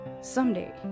Someday